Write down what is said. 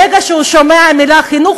ברגע שהוא שומע את המילה חינוך,